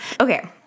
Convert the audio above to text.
Okay